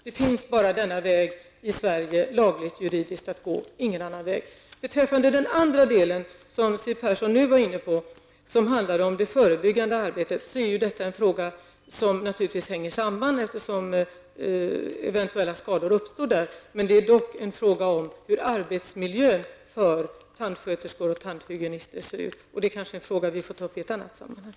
Det finns bara denna väg att gå lagligt och juridiskt i Sverige, ingen annan väg. Den andra frågan som Siw Persson var inne på handlade om det förebyggande arbetet. Detta är en fråga som hänger samman med den tidigare, eftersom eventuella skador uppstår där. Men det är även en fråga om hur arbetsmiljön för tandsköterskor och tandhygienister ser ut. Det är kanske en fråga som vi får ta upp i ett annat sammanhang.